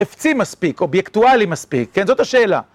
אפצי מספיק, אובייקטואלי מספיק, כן? זאת השאלה.